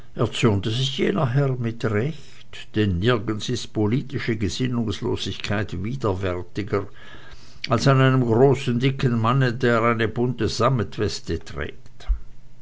jener herr mit recht denn nirgends ist politische gesinnungslosigkeit widerwärtiger als an einem großen dicken manne der eine bunte sammetweste trägt